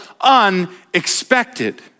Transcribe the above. unexpected